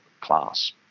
class